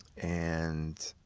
and